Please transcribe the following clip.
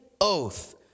oath